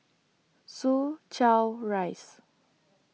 Soo Chow Rise